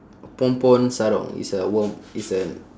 pon pon sarong it's a worm it's a